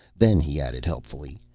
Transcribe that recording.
then he added helpfully,